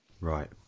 right